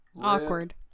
Awkward